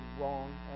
wrong